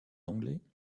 anglais